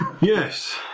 Yes